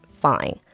fine